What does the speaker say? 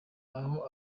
aho